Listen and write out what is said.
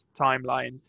timeline